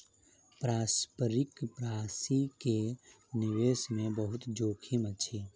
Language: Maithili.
पारस्परिक प्राशि के निवेश मे बहुत जोखिम अछि